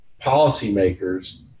policymakers